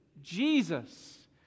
Jesus